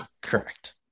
Correct